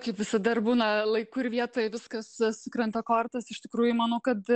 kaip visada ir būna laiku ir vietoj viskas sukrenta kortas iš tikrųjų manau kad